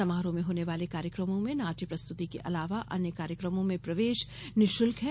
समारोह में होने वाले कार्यक्रमों में नाट्य प्रस्तुति के अलावा अन्य कार्यक्रमों में प्रवेश निःशुल्क है